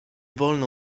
wolno